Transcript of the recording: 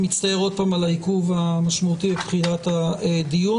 אני מצטער על עיכוב המשמעותי בתחילת הדיון.